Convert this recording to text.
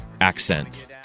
Accent